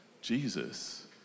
Jesus